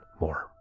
more